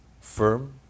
firm